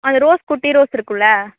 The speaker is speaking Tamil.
அது ரோஸ் குட்டி ரோஸ் இருக்குதுல்ல